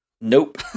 Nope